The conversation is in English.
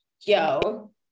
yo